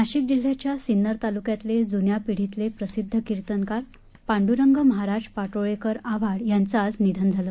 नाशिक जिल्ह्याच्या सिन्नर तालुक्यातले जुन्या पिढीतले प्रसिद्ध कीर्तनकार पांडुरंग महाराज पाटोळेकर आव्हाड यांचं आज निधन झालं